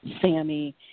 Sammy